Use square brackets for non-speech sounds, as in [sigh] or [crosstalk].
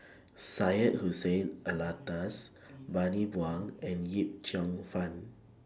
[noise] Syed Hussein Alatas [noise] Bani Buang and Yip Cheong Fun